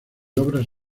obras